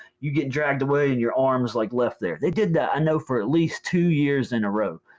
you get dragged away and your arms like left there. they did that, i know for at least two years in a row.